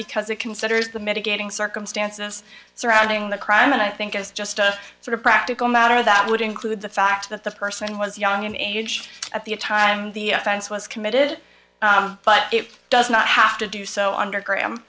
because it considers the mitigating circumstances surrounding the crime and i think it's just a sort of practical matter that would include the fact that the person was young in age at the time the offense was committed but it does not have to do so under gr